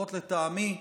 לפחות לטעמי,